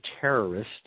terrorist